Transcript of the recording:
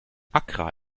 accra